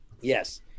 Yes